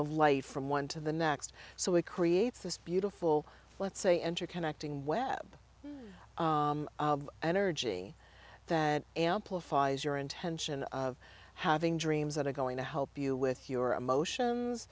of light from one to the next so it creates this beautiful let's say interconnecting web energy that amplifies your intention of having dreams that are going to help you with your emotions